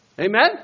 Amen